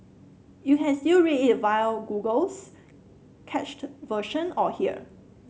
you can still read it via Google's cached version or here